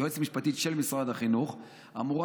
יועצת משפטית של משרד החינוך אמורה